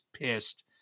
pissed